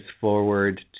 forward